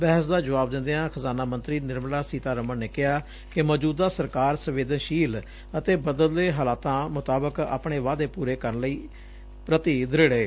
ਬਹਿਸ ਦਾ ਜੁਆਬ ਦਿਦਿਆਂ ਖਜਾਨਾ ਮੰਤਰੀ ਨਿਰਮਲਾ ਸੀਤਾਰਮਨ ਨੇ ਕਿਹਾ ਕਿ ਮੌਜੁਦਾ ਸਰਕਾਰ ਸੰਵੇਦਨਸ਼ੀਲ ਅਤੇ ਬਦਲਵੇਂ ਹਲਾਤਾਂ ਮੁਤਾਬਕ ਆਪਣੇ ਵਾਅਦੇ ਪੁਰੇ ਕਰਨ ਪ੍ਰਤੀ ਦ੍ਰਿੜ ਏ